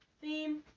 theme